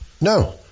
No